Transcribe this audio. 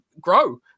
grow